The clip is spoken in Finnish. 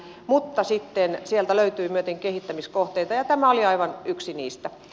mutta sitten sieltä löytyi myös kehittämiskohteita ja tämä oli aivan yksi niistä